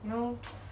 you know